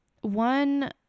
one